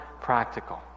practical